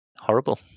horrible